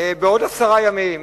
בעוד עשרה ימים